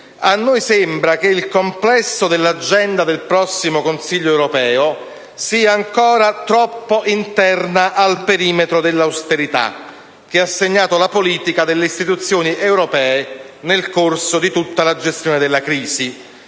A noi sembra che il complesso dell'agenda del prossimo Consiglio europeo sia ancora troppo interna al perimetro dell'austerità che ha segnato la politica delle istituzioni europee nel corso di tutta la gestione della crisi